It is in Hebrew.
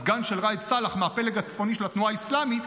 הסגן של ראאד סלאח מהפלג הצפוני של התנועה האסלאמית,